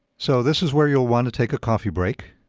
so this is where you'll wanna take a coffee break.